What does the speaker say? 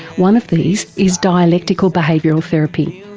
one of these is dialectical behavioural therapy.